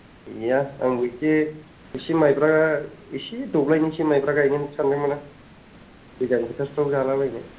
गैया आंबो इसे इसे माइब्रा इसे दब्लाइ मोनसे माइब्रा गायगोन सानदोंमोन आं गोजां बोथोरफ्राव जालाबायनो